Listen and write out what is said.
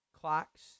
Clocks